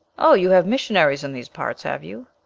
oh, you have missionaries in these parts, have you?